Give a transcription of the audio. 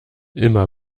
immer